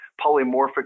polymorphic